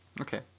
Okay